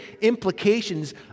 implications